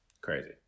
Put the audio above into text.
Crazy